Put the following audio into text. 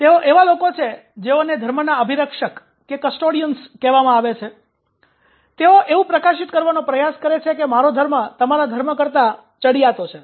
તેઓ એવા લોકો છે કે જેઓને ધર્મના અભિરક્ષક કહેવામાં આવે છે તેઓ એવુ પ્રકાશિત કરવાનો પ્રયાસ કરે છે કે મારો ધર્મ તમારા ધર્મ કરતા શ્રેષ્ઠચડિયાતો છે